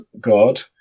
God